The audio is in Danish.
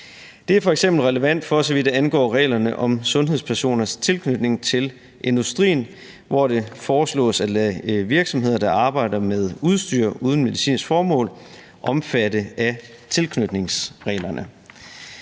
Det er f.eks. relevant, hvad angår reglerne om sundhedspersoners tilknytning til industrien, hvor det foreslås at lade virksomheder, der arbejder med udstyr uden medicinsk formål, omfatte af tilknytningsreglerne.